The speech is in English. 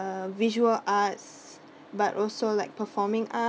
uh visual arts but also like performing art